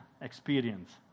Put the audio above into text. experience